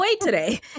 today